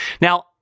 Now